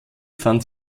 fand